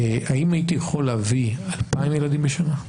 האם הייתי יכול להביא 2,000 ילדים בשנה?